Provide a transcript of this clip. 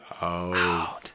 out